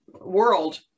world